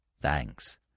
Thanks